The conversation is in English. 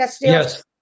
Yes